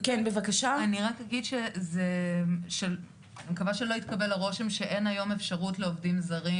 אני רק אגיד שאני מקווה שלא התקבל הרושם שאין היום אפשרות לעובדים זרים,